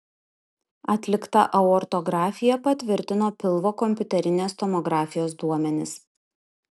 atlikta aortografija patvirtino pilvo kompiuterinės tomografijos duomenis